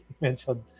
mentioned